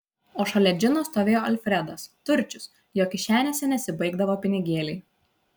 o šalia džino stovėjo alfredas turčius jo kišenėse nesibaigdavo pinigėliai